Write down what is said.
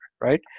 right